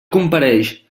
compareix